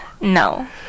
No